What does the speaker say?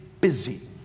busy